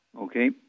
Okay